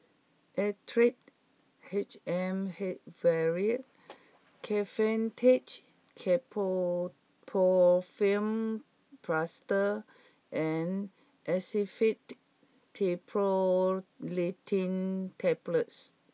Actrapid H M hey vial Kefentech Ketoprofen Plaster and Actifed tea Triprolidine Tablets